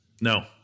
No